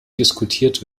diskutiert